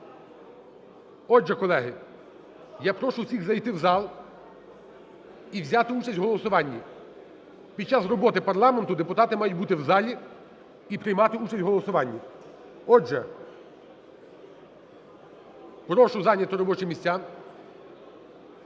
Отже, колеги, я прошу всіх зайти в зал і взяти участь в голосуванні. Під час роботи парламенту депутати мають бути в залі і приймати участь в голосуванні. Отже, прошу зайняти робочі місця.